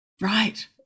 Right